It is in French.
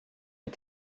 est